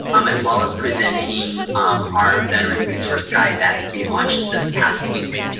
um as well as presenting our veteran resource guide that we launched this past week.